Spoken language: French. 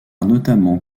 notamment